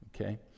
Okay